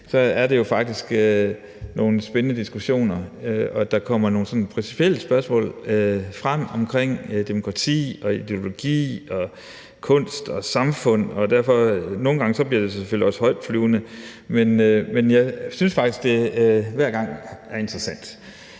ud, er det faktisk nogle spændende diskussioner, og der kommer nogle principielle spørgsmål frem om demokrati, ideologi, kunst og samfund. Nogle gange bliver det selvfølgelig også højtflyvende, men jeg synes faktisk, at det hver gang er interessant.